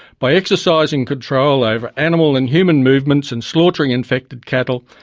by exercising control over animal and human movements and slaughtering infected cattle,